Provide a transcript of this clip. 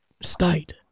state